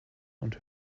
und